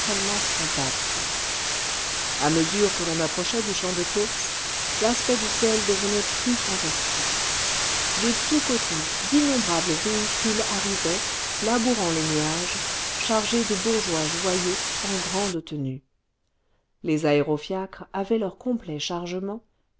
compacte a mesure que l'on approchait du champ de courses l'aspect du ciel devenait plus fantastique de tous côtés d'innombrables véhicules arrivaient labourant les nuages chargés de bourgeois joyeux en grande tenue les aérofiacres avaient leur complet chargement